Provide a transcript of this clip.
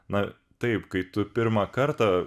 na taip kai tu pirmą kartą